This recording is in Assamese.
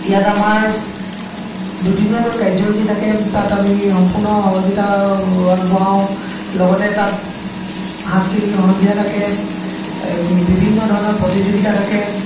ইয়াত আমাৰ দুদিনীয়াকৈ কাৰ্যসূচী থাকে তাত আমি সম্পূৰ্ণ সহযোগিতা আগবঢ়াওঁ লগতে তাত সাংস্কৃতিক সন্ধিয়া থাকে বিভিন্ন ধৰণৰ প্ৰতিযোগিতা থাকে